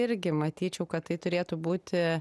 irgi matyčiau kad tai turėtų būti